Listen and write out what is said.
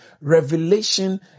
Revelation